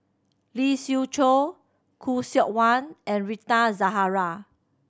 Lee Siew Choh Khoo Seok Wan and Rita Zahara